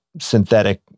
synthetic